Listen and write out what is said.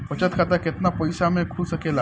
बचत खाता केतना पइसा मे खुल सकेला?